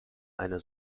eine